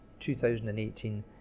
2018